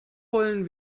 wollen